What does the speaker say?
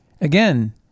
again